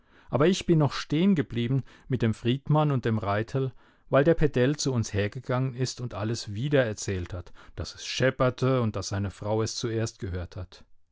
aber ich bin noch stehengeblieben mit dem friedmann und dem raithel weil der pedell zu uns hergegangen ist und alles wieder erzählt hat daß es schepperte und daß seine frau es zuerst gehört hat